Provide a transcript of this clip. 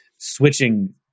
switching